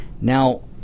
Now